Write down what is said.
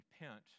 repent